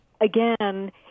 again